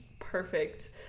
perfect